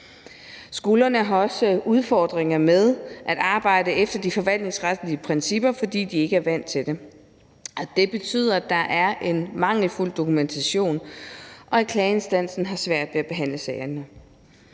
Skolerne har også udfordringer med at arbejde efter de forvaltningsretlige principper, fordi de ikke er vant til det. Det betyder, at der er en mangelfuld dokumentation, og at klageinstansen har svært ved at behandle sagerne.